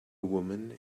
woman